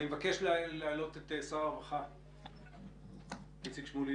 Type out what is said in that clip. אני מבקש להעלות את שר הרווחה איציק שמולי.